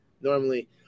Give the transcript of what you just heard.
Normally